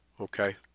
Okay